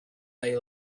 they